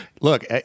Look